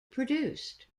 produced